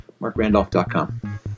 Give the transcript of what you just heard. markrandolph.com